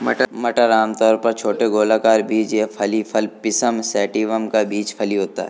मटर आमतौर पर छोटे गोलाकार बीज या फली फल पिसम सैटिवम का बीज फली होता है